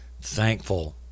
thankful